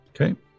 Okay